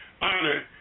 honor